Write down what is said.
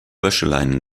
wäscheleinen